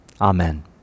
Amen